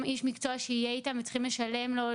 איש מקצוע שיהיה איתם והם צריכים לשלם לו,